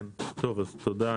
תודה,